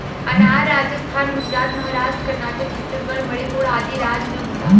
अनार राजस्थान गुजरात महाराष्ट्र कर्नाटक छतीसगढ़ मणिपुर आदि राज में होला